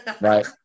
Right